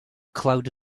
cloud